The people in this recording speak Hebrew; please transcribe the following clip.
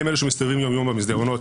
הם היום אלה שמסתובבים יום-יום במסדרונות,